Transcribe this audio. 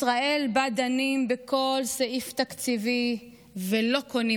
ישראל שבה דנים בכל סעיף תקציבי ולא קונים